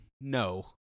No